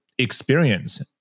Experience